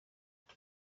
what